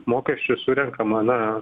mokesčių surenkama na